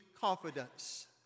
confidence